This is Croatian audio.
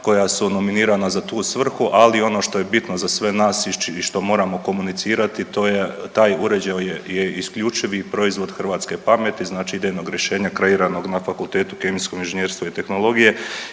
koja su nominirana za tu svrhu, ali ono što je bitno za sve nas i što moramo komunicirati, to je, taj uređaj je isključivi proizvod hrvatske pameti, znači idejnog rješenja kreiranog na Fakultetu kemijskog inženjerstva i tehnologije